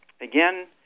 again